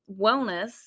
wellness